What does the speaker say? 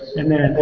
and i